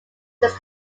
this